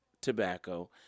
tobacco